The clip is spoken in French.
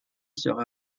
sera